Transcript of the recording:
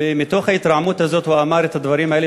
ומתוך ההתרעמות הזאת הוא אמר את הדברים האלה,